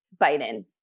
Biden